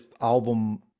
album